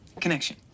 connection